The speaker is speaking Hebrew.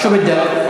שו בידכ?